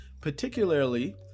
particularly